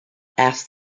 asked